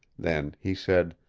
then he said